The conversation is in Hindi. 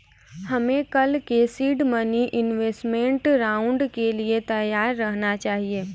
हमें कल के सीड मनी इन्वेस्टमेंट राउंड के लिए तैयार रहना चाहिए